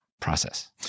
process